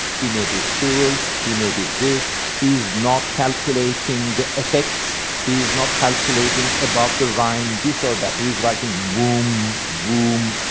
he may be cruel, he may be this, he is not calculating the effects, he is not calculating about the rhyme, this or that. he's writing boom, boom,